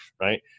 right